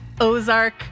Ozark